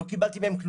לא קיבלתי מהם כלום.